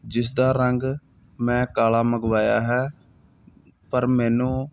ਜਿਸ ਦਾ ਰੰਗ ਮੈਂ ਕਾਲਾ ਮੰਗਵਾਇਆ ਹੈ ਪਰ ਮੈਨੂੰ